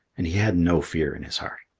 and he had no fear in his heart.